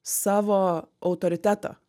savo autoritetą